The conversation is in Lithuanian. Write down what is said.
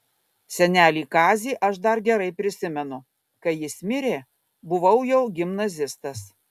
senelį kazį aš dar gerai prisimenu kai jis mirė buvau jau gimnazistas